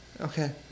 Okay